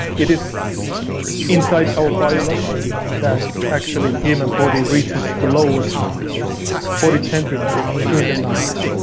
it is inside our biology that actually human body reaches the lowest body temperature during the night.